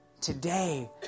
Today